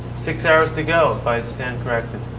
six hours to go. i stand corrected.